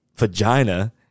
vagina